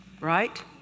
right